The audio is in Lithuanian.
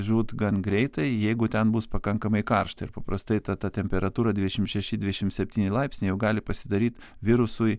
žūt gan greitai jeigu ten bus pakankamai karšta ir paprastai ta ta temperatūra dvidešim šeši dvidešim septyni laipsniai jau gali pasidaryt virusui